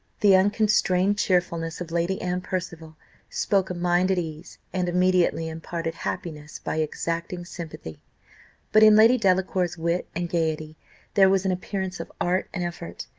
the unconstrained cheerfulness of lady anne percival spoke a mind at ease, and immediately imparted happiness by exacting sympathy but in lady delacour's wit and gaiety there was an appearance of art and effort,